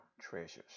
treasures